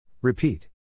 Repeat